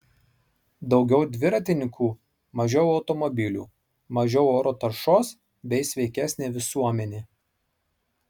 daugiau dviratininkų mažiau automobilių mažiau oro taršos bei sveikesnė visuomenė